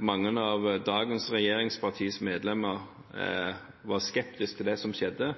Mange av medlemmene i dagens regjeringspartier var skeptiske til det som skjedde.